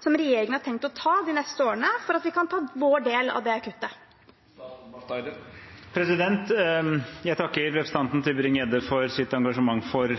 som regjeringen har tenkt å ta de neste årene for at vi kan ta vår del av det kuttet. Jeg takker representanten Tybring-Gjedde for hennes engasjement for